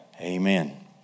Amen